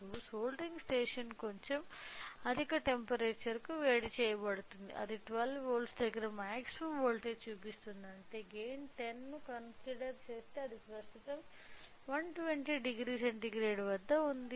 ఇప్పుడు soldering station కొంచెం అధిక టెంపరేచర్ కు వేడి చేయబడుతుంది అది 12 వోల్ట్ల దగ్గర మాక్సిమం వోల్టేజ్ చూపిస్తుంది అంటే గైన్ 10 ను కన్సిడర్ చేస్తే అది ప్రస్తుతం 1200 సెంటీగ్రేడ్ వద్ద ఉంది